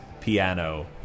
piano